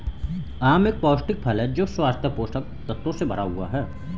आम एक पौष्टिक फल है जो स्वस्थ पोषक तत्वों से भरा हुआ है